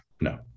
no